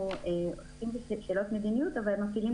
אנחנו עוסקים בשאלות מדיניות אבל מפעילים